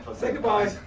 say goodbye.